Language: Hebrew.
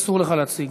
אסור לך להציג,